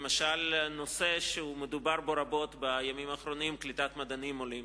למשל נושא שמדובר בו רבות בימים האחרונים הוא קליטת מדענים עולים,